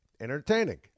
entertaining